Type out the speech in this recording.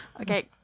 Okay